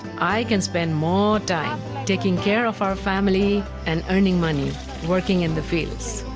i can spend more time taking care of our family and earning money working in the fields.